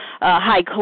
high